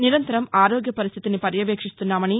నిరంతరం ఆరోగ్య పరిస్దితిని పర్యవేక్షిస్తున్నామని